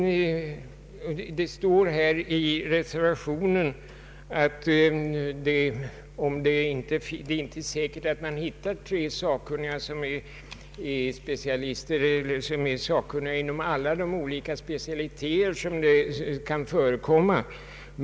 Det står i reservationen vid punkten C att det kan vara svårt att finna tre personer som är sakkunniga inom samtliga specialiteter som kan förekomma.